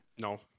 No